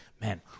man